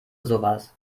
sowas